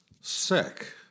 sick